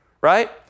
right